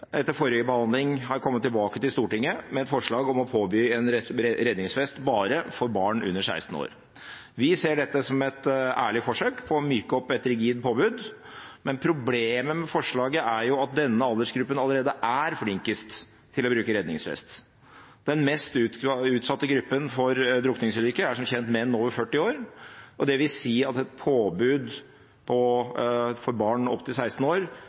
etter forrige behandling har kommet tilbake til Stortinget med et forslag om å påby redningsvest bare for barn under 16 år. Vi ser dette som et ærlig forsøk på å myke opp et rigid påbud, men problemet med forslaget er at denne aldersgruppa allerede er flinkest til å bruke redningsvest. Den mest utsatte gruppa for drukningsulykker er som kjent menn over 40 år. Det vil si at et påbud for barn opp til 16 år